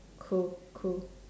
cool cool